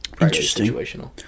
Interesting